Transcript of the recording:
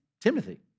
Timothy